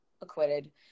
acquitted